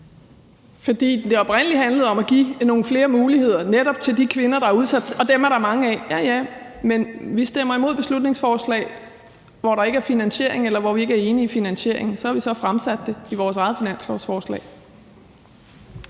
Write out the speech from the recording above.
fordi det oprindelig handlede om at give nogle flere muligheder til netop de kvinder, der er udsatte, og dem er der mange af – ja, ja – men vi stemmer imod beslutningsforslag, hvori der ikke er finansiering, eller som vi ikke er enige i finansieringen af. Så har vi så fremsat forslag om det i forbindelse med vores eget finanslovsforslag.